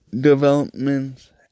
developments